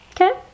Okay